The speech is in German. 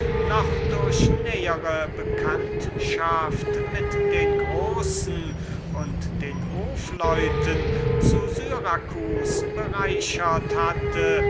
noch durch die nähere bekanntschaft mit den großen und mit den hofleuten bereichert hatte